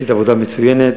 עשית עבודה מצוינת,